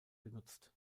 genutzt